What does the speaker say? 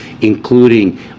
including